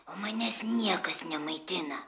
o manęs niekas nemaitina